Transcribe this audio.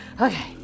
Okay